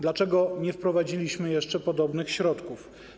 Dlaczego nie wprowadziliśmy jeszcze podobnych środków?